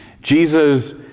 jesus